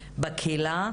בקהילה,